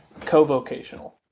co-vocational